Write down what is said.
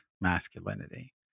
masculinity